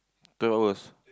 twelve hours